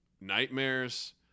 nightmares –